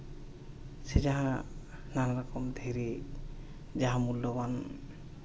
ᱥᱮ ᱱᱟᱱᱟ ᱨᱚᱠᱚᱢ ᱫᱷᱤᱨᱤ ᱡᱟᱦᱟᱸ ᱢᱩᱞᱞᱚᱵᱟᱱ